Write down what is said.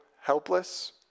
helpless